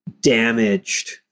damaged